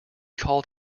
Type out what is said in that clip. called